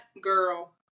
Girl